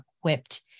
equipped